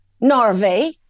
Norway